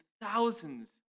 Thousands